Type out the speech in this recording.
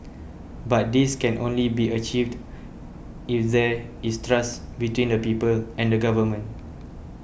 but this can only be achieved if there is trust between the people and the government